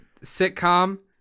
sitcom